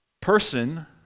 person